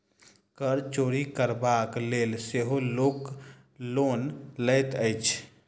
कर चोरि करबाक लेल सेहो लोक लोन लैत अछि